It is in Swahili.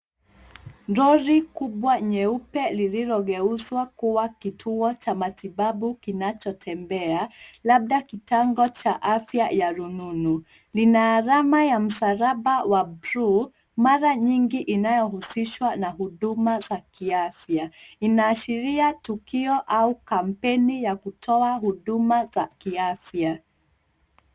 Lori kubwa nyeupe lililogeuzwa kuwa kituo cha matibabu kinachotembea, labda kitengo cha afya ya rununu. Lina alama ya msalaba wa bluu, mara nyingi inayohusishwa na huduma za kiafya. Inaashiria tukio au kampeni ya kutoa huduma za kiafya.